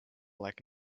like